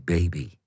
Baby